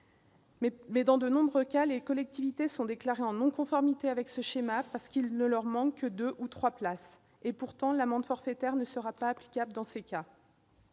mais, dans de nombreux cas, les collectivités sont déclarées en non-conformité avec le schéma, parce qu'il ne leur manque que deux ou trois places. Pourtant, l'amende forfaitaire ne sera pas applicable dans ces cas.